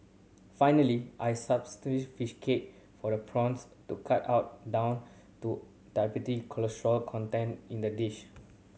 finally I substitute fish cake for the prawns to cut out down to cholesterol content in the dish